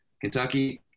Kentucky –